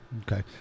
Okay